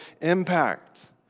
impact